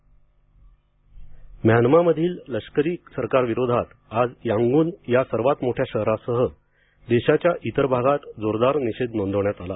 Myanmar म्यान्मामधील लष्करी सरकारविरोधात आज यांगून या सर्वात मोठ्या शहरासह देशाच्या इतर भागात जोरदार निषेध नोंदवण्यात आला